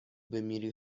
بمیری